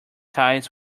ties